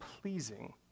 pleasing